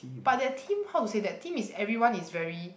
but that team how to say that team is everyone is very